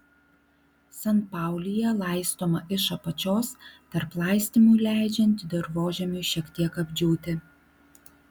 sanpaulija laistoma iš apačios tarp laistymų leidžiant dirvožemiui šiek tiek apdžiūti